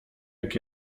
jak